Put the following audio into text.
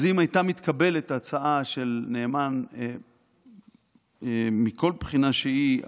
אז אם הייתה מתקבלת ההצעה של נאמן מכל בחינה שהיא,